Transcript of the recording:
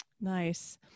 nice